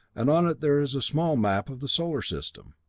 and on it there is a small map of the solar system.